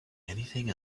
anything